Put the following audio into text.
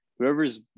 Whoever's